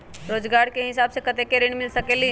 रोजगार के हिसाब से कतेक ऋण मिल सकेलि?